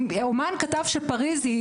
כי אומן כתב שפריז היא,